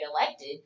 elected